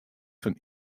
fan